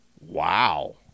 Wow